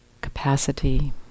capacity